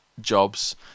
jobs